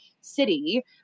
city